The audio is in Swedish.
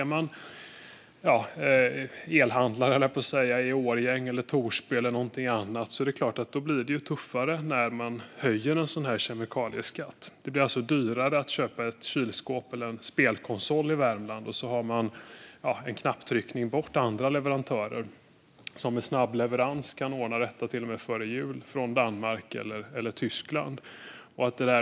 För en elhandlare i Årjäng eller Torsby blir det förstås tuffare när man höjer kemikalieskatten. Det blir dyrare att köpa ett kylskåp eller en spelkonsol i Värmland, och så finns det andra leverantörer en knapptryckning bort som med snabb leverans kan ordna detta, till och med före jul, från Danmark eller Tyskland.